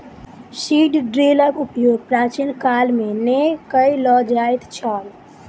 seed ड्रीलक उपयोग प्राचीन काल मे नै कय ल जाइत छल